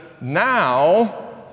Now